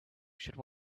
should